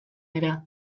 dira